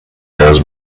has